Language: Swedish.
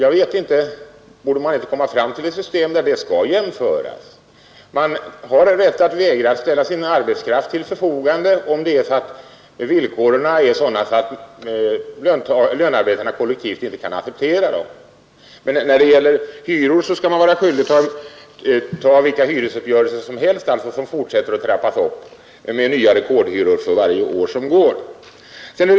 Men borde vi inte komma fram till ett system där de kan jämföras? Man har rätt att vägra att ställa sin arbetskraft till förfogande om villkoren är sådana att lönearbetarna kollektivt inte kan acceptera dem. När det gäller hyror skall man däremot vara skyldig att godtaga vilka uppgörelser som helst. Det gör att hyrorna fortsätter att trappas upp för varje år som går med nya rekordhyror som följd.